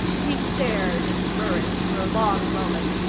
he stared at burris for a long moment,